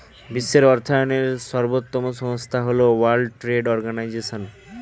বিশ্বের অর্থায়নের সর্বোত্তম সংস্থা হল ওয়ার্ল্ড ট্রেড অর্গানাইজশন